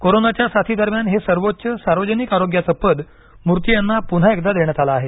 कोरोनाच्या साथीदरम्यान हे सर्वोच्च सार्वजनिक आरोग्याचं पद मूर्ती यांना पुन्हा एकदा देण्यात आलं आहे